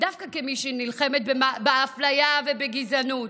דווקא כמי שנלחמת באפליה בגזענות,